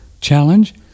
challenge